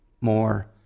more